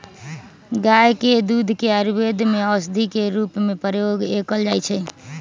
गाय के दूध के आयुर्वेद में औषधि के रूप में प्रयोग कएल जाइ छइ